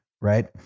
right